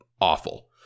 awful